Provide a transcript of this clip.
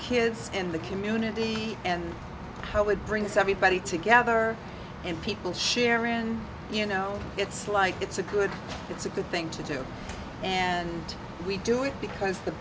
kids and the community and how it would bring us everybody together and people sharon you know it's like it's a good it's a good thing to do and we do it because the